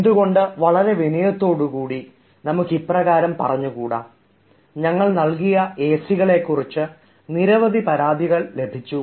എന്തുകൊണ്ട് വളരെ വിനയത്തോടു കൂടി നമുക്ക് ഇപ്രകാരം പറഞ്ഞു കൂടാ "ഞങ്ങൾ നൽകിയ എസികളെക്കുറിച്ച് നിരവധി പരാതികൾ ഞങ്ങൾക്ക് ലഭിച്ചു